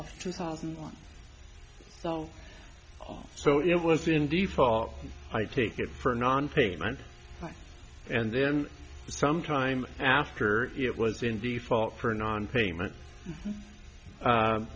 of two thousand and one so all so it was in the fall i take it for nonpayment and then some time after it was in the fall for nonpayment